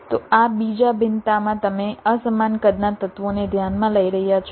તો આ બીજા ભિન્નતામાં તમે અસમાન કદના તત્વોને ધ્યાનમાં લઈ રહ્યા છો